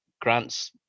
grant's